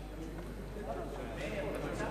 ההצעה